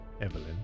evelyn